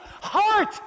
heart